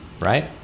right